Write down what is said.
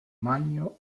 magno